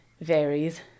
varies